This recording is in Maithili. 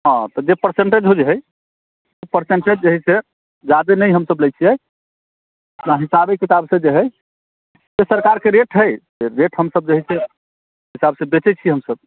हँ तऽ जे पेर्सेन्टेज होइत हइ ओ पर्सेन्टेज जे हइ से जादे नहि हमसभ लय छियै अपना हिसाबे किताबसँ जे हइ जे सरकारके रेट हइ से रेट हमसभ जे हइ से ओहि हिसाब से बेचैत छियै हमसभ